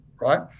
right